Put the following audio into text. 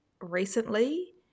recently